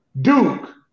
Duke